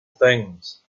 things